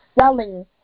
selling